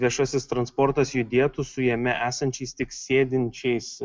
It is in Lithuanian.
viešasis transportas judėtų su jame esančiais tik sėdinčiais